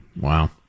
Wow